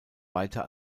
weiter